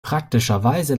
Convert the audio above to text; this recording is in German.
praktischerweise